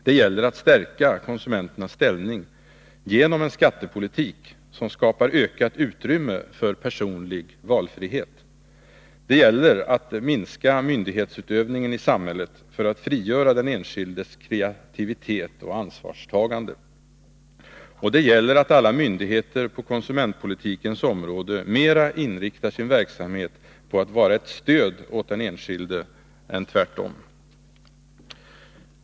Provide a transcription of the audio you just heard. Det gäller att stärka konsumenternas ställning genom en skattepolitik som skapar ökat utrymme för personlig valfrihet. Det gäller att minska myndighetsutövningen i samhället för att frigöra den enskildes kreativitet och ansvarstagande. Och det gäller att alla myndigheter på konsumentpolitikens område mera inriktar sin verksamhet på att vara ett stöd åt den enskilde än tvärtom.